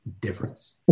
Difference